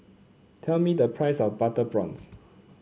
tell me the price of Butter Prawns